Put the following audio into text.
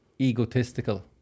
Egotistical